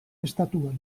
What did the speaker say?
estatuan